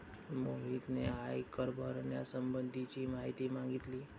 मोहितने आयकर भरण्यासंबंधीची माहिती मागितली